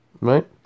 right